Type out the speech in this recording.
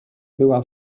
była